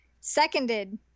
seconded